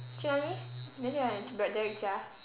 去哪里你要去哪里 derrick 家